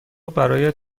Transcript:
برایت